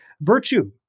virtue